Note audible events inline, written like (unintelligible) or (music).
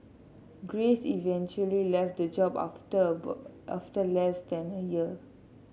grace eventually left the job after (unintelligible) after less than a year